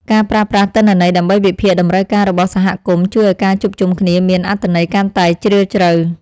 ការប្រើប្រាស់ទិន្នន័យដើម្បីវិភាគតម្រូវការរបស់សហគមន៍ជួយឱ្យការជួបជុំគ្នាមានអត្ថន័យកាន់តែជ្រាលជ្រៅ។